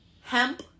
hemp